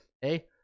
Hey